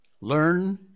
Learn